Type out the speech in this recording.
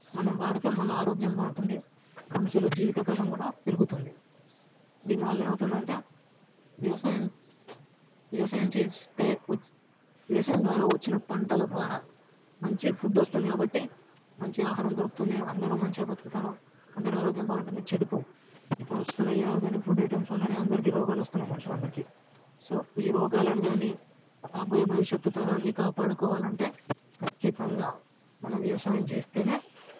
మనం వాడిదే మన ఆరోగ్యం బాగుంటుంది మనుషుల జీవితకాలం కూడా పెరుగుతుంది దీనివల్ల ఏమవుతుంది అంటే వ్యవసాయం వ్యవసాయం చేస్తే వచ్చే వ్యవసాయం ద్వారా వచ్చిన పంటల ద్వారా మంచి ఫుడ్ వస్తుంది కాబట్టి మంచి ఆహారం దొరుకుతుంది అందరు మంచిగా బతుకుతారు అందరి ఆరోగ్యం బాగుంటుంది చెడిపోవు ఇప్పుడు వస్తున్న ఆర్గానిక్ ఫుడ్ ఐటమ్స్ వల్లనే రోగాలు వస్తున్నాయి అందరికి సో ఈ రోగాలను కానీ రాబోయే భవిష్యత్తు తరాన్ని కాపాడుకోవాలి అంటే ఖచ్చితంగా మనం వ్యవసాయం చేస్తే